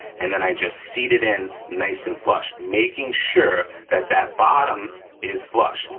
and then i just seat it in, nice and flush, making sure that that bottom is flush.